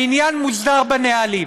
העניין מוסדר בנהלים.